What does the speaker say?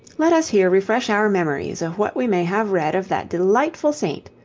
let us here refresh our memories of what we may have read of that delightful saint,